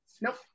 nope